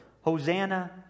Hosanna